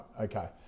okay